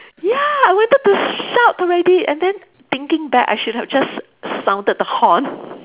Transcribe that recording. ya I wanted to shout already and then thinking back I should have just sounded the horn